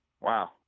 wow